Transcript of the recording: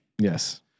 yes